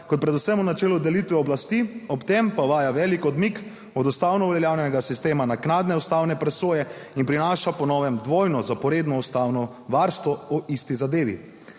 kot predvsem v načelo delitve oblasti. Ob tem pa uvaja velik odmik od ustavno uveljavljenega sistema naknadne ustavne presoje in prinaša po novem dvojno zaporedno ustavno varstvo o isti zadevi.